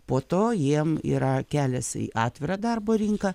po to jiem yra kelias į atvirą darbo rinką